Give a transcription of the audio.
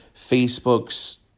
Facebook's